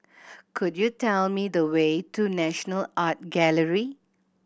could you tell me the way to National Art Gallery